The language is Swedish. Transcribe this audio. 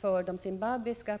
För de zimbabwiska